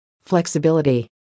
Flexibility